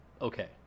okay